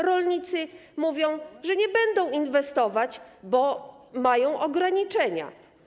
Rolnicy mówią, że nie będą inwestować, bo mają ograniczenia.